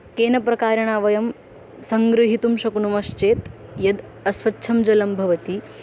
केन प्रकारेण वयं सङ्गृहीतुं शक्नुमश्चेत् यत् अस्वच्छं जलं भवति